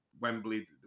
Wembley